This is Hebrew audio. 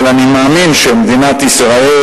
אבל אני מאמין שמדינת ישראל,